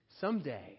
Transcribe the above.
someday